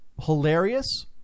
hilarious